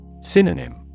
Synonym